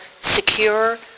secure